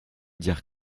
dire